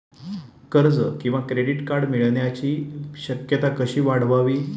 कर्ज किंवा credit card मिळण्याची शक्यता कशी वाढवावी?